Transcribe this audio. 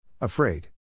Afraid